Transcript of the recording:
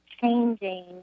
changing